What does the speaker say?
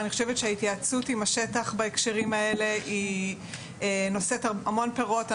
אני חושבת שההתייעצות עם השטח בהקשרים האלה היא נושאת המון פירות.